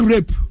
rape